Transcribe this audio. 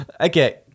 Okay